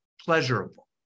pleasurable